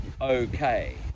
okay